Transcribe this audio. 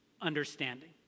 understanding